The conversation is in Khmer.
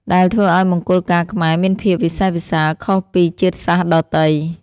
ដែលធ្វើឱ្យមង្គលការខ្មែរមានភាពវិសេសវិសាលខុសពីជាតិសាសន៍ដទៃ។